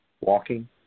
Walking